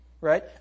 Right